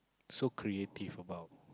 so creative about